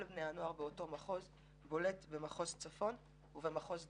בני הנוער באותו מחוז בולט במחוז צפון ובמחוז דרום.